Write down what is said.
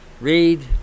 Read